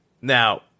Now